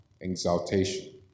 exaltation